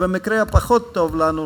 ובמקרה הפחות טוב לנו,